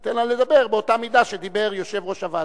אני אתן לה לדבר באותה מידה שדיבר יושב-ראש הוועדה.